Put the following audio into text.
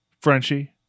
Frenchie